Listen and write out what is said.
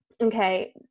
okay